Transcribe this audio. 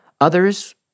Others